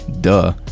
duh